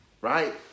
right